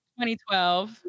2012